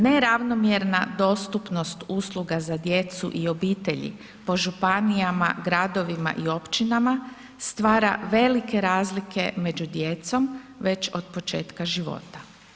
Neravnomjerna dostupnost usluga za djecu i obitelji po županijama, gradovima i općinama stvara velike razlike među djecom već od početka života.